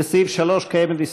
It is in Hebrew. לסעיף 3 יש